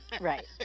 Right